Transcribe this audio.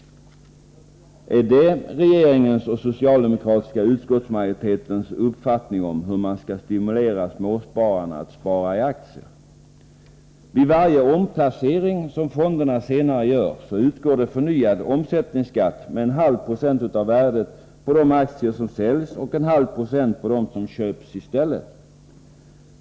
Är detta regeringens och den socialdemokratiska utskottsmajoritetens uppfattning om hur man skall stimulera småspararna att spara i aktier? Vid varje omplacering som fonderna sedan gör utgår förnyad omsättningsskatt med 0,5 90 på värdet av de aktier som säljs och med 0,5 96 på de aktier som köps i stället.